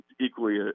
equally